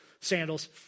sandals